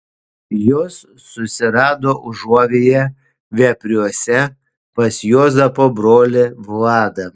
jos susirado užuovėją vepriuose pas juozapo brolį vladą